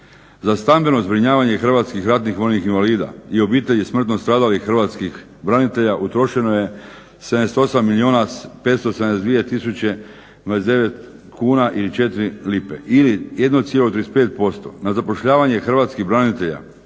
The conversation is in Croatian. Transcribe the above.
Za stambeno zbrinjavanje hrvatskih ratnih vojnih invalida i obitelji smrtno stradalih hrvatskih branitelja utrošeno je 78 milijuna 572 tisuće 29 kuna i 4 lipe ili 1,35%. Na zapošljavanje hrvatskih branitelja